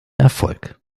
erfolg